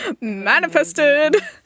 Manifested